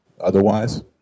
otherwise